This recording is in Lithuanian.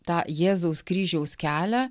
tą jėzaus kryžiaus kelią